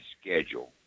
schedule